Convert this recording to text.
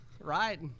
right